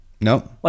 No